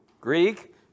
Greek